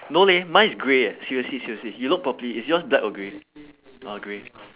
no leh mine is grey eh seriously seriously you look properly is yours black or grey oh grey